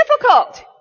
Difficult